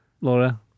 Laura